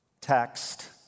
text